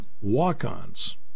walk-ons